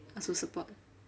I also support